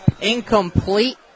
Incomplete